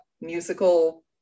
musical